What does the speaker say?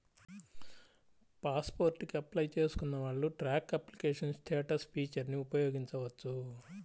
pass port కి apply చేసుకున్న వాళ్ళు ట్రాక్ అప్లికేషన్ స్టేటస్ ఫీచర్ని ఉపయోగించవచ్చు